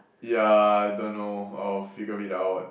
yeah I don't know I'll figure it out